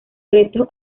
restos